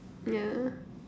yeah